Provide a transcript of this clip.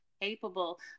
capable